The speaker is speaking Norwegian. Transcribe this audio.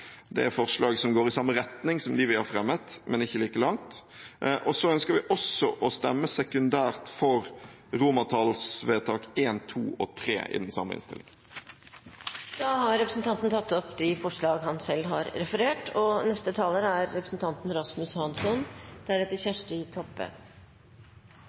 Det er forslag som går i samme retning som de vi har fremmet, men ikke like langt. Så ønsker vi også å stemme sekundært for romertallsvedtak I, II og III i den samme innstillingen. Representanten Audun Lysbakken har tatt opp de forslag han refererte til. Debatten vi har i dag, er både oppløftende og nedslående. Den er